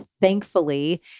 thankfully